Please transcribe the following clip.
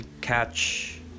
catch